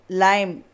lime